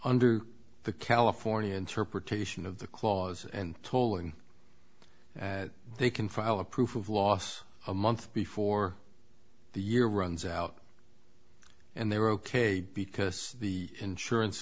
under the california interpretation of the clause and tolling that they can file a proof of loss a month before the year runs out and they're ok because the insurance